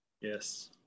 Yes